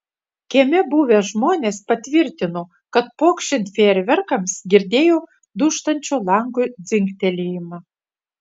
kieme buvę žmonės patvirtino kad pokšint fejerverkams girdėjo dūžtančio lango dzingtelėjimą